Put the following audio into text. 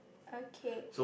okay